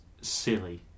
silly